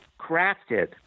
crafted